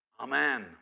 Amen